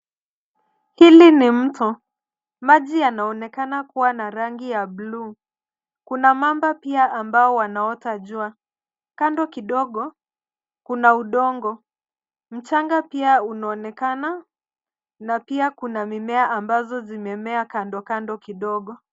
Hili ni mto. Maji yanaonekana kuwa na rangi ya bluu. Kuna mamba pia ambao wanaota jua. Kando kidogo, kuna udongo. Mchanga pia unoonekana, na pia kuna mimea ambazo zimemea kando kando kidogo.